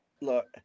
Look